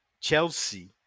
chelsea